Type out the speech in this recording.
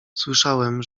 słyszałem